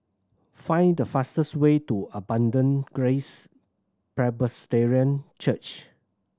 find the fastest way to Abundant Grace Presbyterian Church